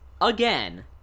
again